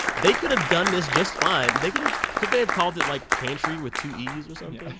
they could have done this just fine. they could ah could they have called it, like, pantree with two e's or something?